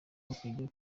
bakajya